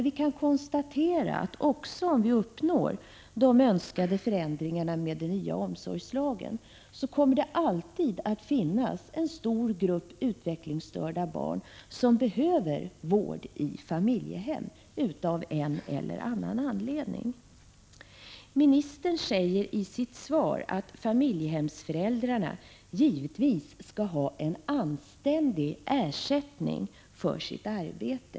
Vi kan konstatera att även om vi uppnår de önskade förändringarna med den nya omsorgslagen kommer det alltid att finnas en stor grupp utvecklingsstörda barn som behöver vård i familjehem av en eller annan anledning. Ministern säger i sitt svar att familjehemsföräldrarna givetvis skall ha en anständig ersättning för sitt arbete.